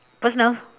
personal